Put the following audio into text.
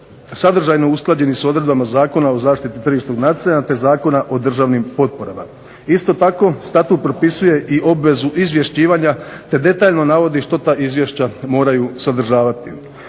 sadržajno usklađeni s odredbama Zakona o zaštiti tržišnog natjecanja te Zakona o državnim potporama. Isto tako Statut propisuje obvezu izvješćivanja, te detaljno navodi što ta Izvješća moraju sadržavati.